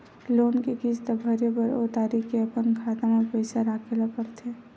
loan के किस्त भरे बर ओ तारीख के अपन खाता म पइसा राखे ल परथे